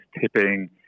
tipping